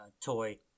toy